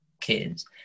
kids